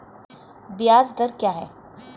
ब्याज दर क्या है?